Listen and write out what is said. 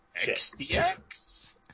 XDX